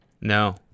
No